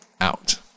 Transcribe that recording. out